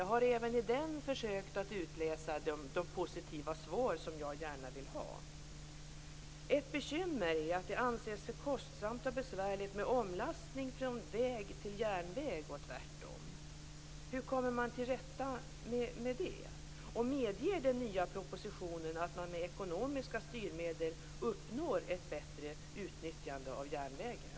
Jag har ur den försökt att utläsa de positiva svar som jag gärna vill ha. Ett bekymmer är att det anses för kostsamt och besvärligt med omlastning från väg till järnväg och tvärtom. Hur kommer man till rätta med det? Medger den nya propositionen att man med ekonomiska styrmedel uppnår ett bättre utnyttjande av järnvägen?